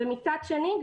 מצד שני,